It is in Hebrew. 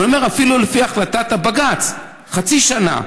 אבל אני אומר: אפילו לפי החלטת בג"ץ יש חצי שנה.